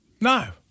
No